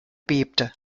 bebte